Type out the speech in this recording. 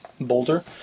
boulder